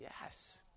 Yes